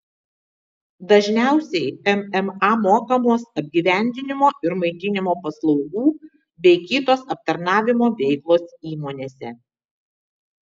dažniausiai mma mokamos apgyvendinimo ir maitinimo paslaugų bei kitos aptarnavimo veiklos įmonėse